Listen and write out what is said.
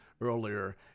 earlier